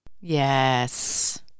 Yes